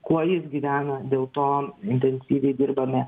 kuo jis gyvena dėl to intensyviai dirbame